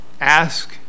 Ask